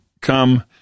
come